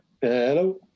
Hello